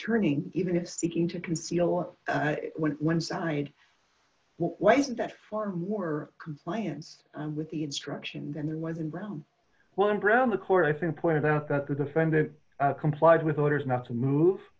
turning even speaking to conceal it when one side wasn't that far more compliance with the instructions and he wasn't around when brown the court i think pointed out that the defendant complied with orders not to move